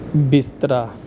ਬਿਸਤਰਾ